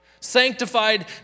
Sanctified